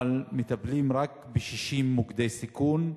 אבל מטפלים רק ב-60 מוקדי סיכון.